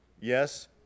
Yes